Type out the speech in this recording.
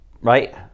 right